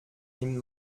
nimmt